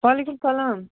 وعلیکُم سلام